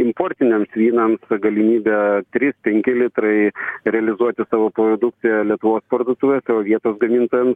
importiniams vynams galimybė trys penki litrai realizuoti savo produkciją lietuvos parduotuvėse o vietos gamintojams